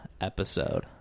episode